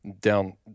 down